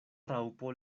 raŭpo